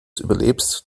überlebst